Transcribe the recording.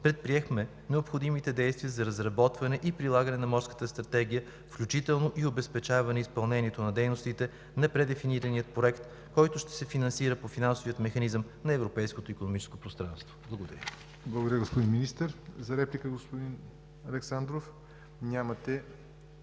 предприехме необходимите действия за разработване и прилагане на Морската стратегия, включително и обезпечаване изпълнението на дейностите на предефинирания проект, който ще се финансира по финансовия механизъм на Европейското икономическо пространство. Благодаря.